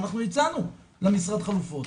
ואנחנו הצענו למשרד חלופות.